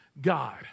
God